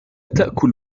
تأكل